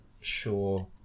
sure